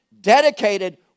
dedicated